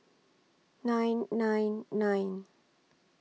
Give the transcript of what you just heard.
nine nine nine